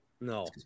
No